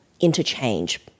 interchange